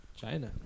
China